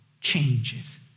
changes